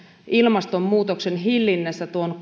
ilmastonmuutoksen hillinnässä tuon